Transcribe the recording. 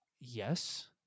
Yes